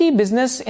business